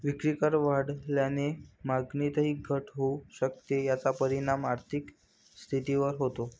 विक्रीकर वाढल्याने मागणीतही घट होऊ शकते, ज्याचा परिणाम आर्थिक स्थितीवर होतो